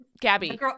Gabby